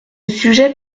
sujet